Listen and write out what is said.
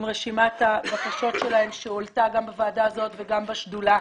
עם רשימת הבקשות שלהם שהועלתה גם בוועדה הזאת וגם בשדולה.